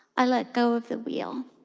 i let go of the wheel.